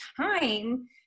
time